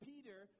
Peter